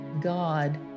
God